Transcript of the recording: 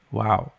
wow